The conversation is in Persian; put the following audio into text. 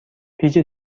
پیچ